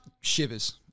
shivers